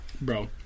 bro